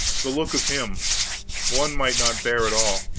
the look of him one might not bear at all,